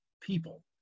people